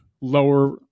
lower